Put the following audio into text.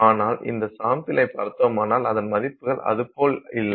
ஆனால் இந்த சாம்பிளைப் பார்த்தோமானால் அதன் மதிப்புகள் அதுபோல் இல்லை